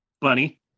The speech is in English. Bunny